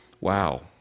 Wow